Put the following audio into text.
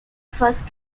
first